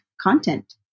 content